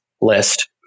list